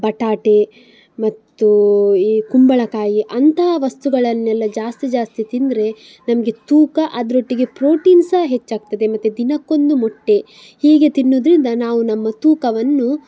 ಬಟಾಟೆ ಮತ್ತು ಈ ಕುಂಬಳಕಾಯಿ ಅಂತಹ ವಸ್ತುಗಳನ್ನೆಲ್ಲ ಜಾಸ್ತಿ ಜಾಸ್ತಿ ತಿಂದರೆ ನಮಗೆ ತೂಕ ಅದರೊಟ್ಟಿಗೆ ಪ್ರೋಟೀನ್ ಸಹ ಹೆಚ್ಚಾಗ್ತದೆ ಮತ್ತು ದಿನಕ್ಕೊಂದು ಮೊಟ್ಟೆ ಹೀಗೆ ತಿನ್ನುದರಿಂದ ನಾವು ನಮ್ಮ ತೂಕವನ್ನು